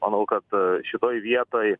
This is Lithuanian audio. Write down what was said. manau kad šitoj vietoj